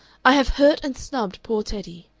i have hurt and snubbed poor teddy.